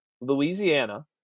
Louisiana